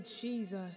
Jesus